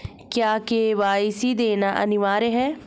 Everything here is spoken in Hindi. क्या के.वाई.सी देना अनिवार्य है?